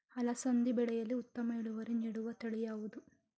ಅಲಸಂದಿ ಬೆಳೆಯಲ್ಲಿ ಉತ್ತಮ ಇಳುವರಿ ನೀಡುವ ತಳಿ ಯಾವುದು?